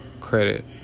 credit